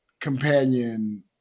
companion